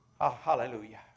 Hallelujah